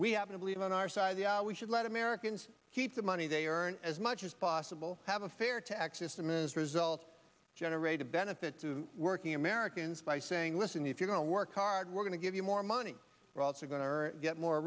we happen to believe on our side we should let americans keep the money they earn as much as possible have a fair tax system is results generate a benefit to working americans by saying listen if you're going to work hard we're going to give you more money we're also going to get more